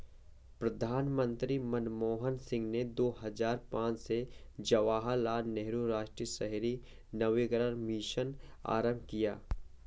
प्रधानमंत्री मनमोहन सिंह ने दो हजार पांच में जवाहरलाल नेहरू राष्ट्रीय शहरी नवीकरण मिशन आरंभ किया